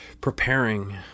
preparing